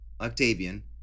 Octavian